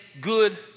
good